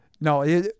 No